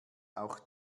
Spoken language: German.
auch